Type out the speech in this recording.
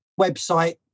website